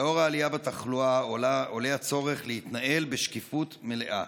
לאור העלייה בתחלואה עולה הצורך להתנהל בשקיפות מלאה.